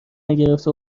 نگرفته